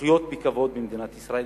לחיות בכבוד במדינת ישראל,